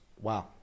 Wow